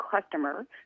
customer